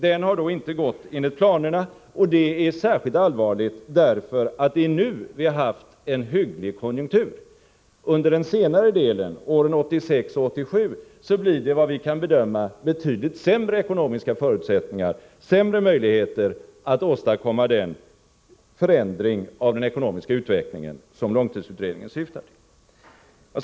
Den har då inte gått enligt planerna, och det är särskilt allvarligt därför att det är nu vi har haft en hygglig konjunktur. Under den senare delen — åren 1986 och 1987 — blir det enligt vad som nu kan bedömas betydligt sämre ekonomiska förutsättningar, sämre möjligheter att åstadkomma den förändring av den ekonomiska utvecklingen som långtidsutredningen syftar till.